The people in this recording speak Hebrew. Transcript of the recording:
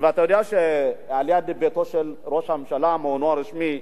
אתה יודע שליד ביתו של ראש הממשלה, מעונו הרשמי,